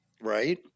Right